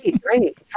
Great